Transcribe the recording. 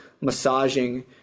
massaging